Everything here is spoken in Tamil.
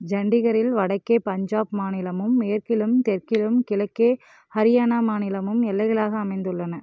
சண்டிகரில் வடக்கே பஞ்சாப் மாநிலமும் மேற்கிலும் தெற்கிலும் கிழக்கே ஹரியானா மாநிலமும் எல்லைகளாக அமைந்துள்ளன